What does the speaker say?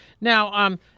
Now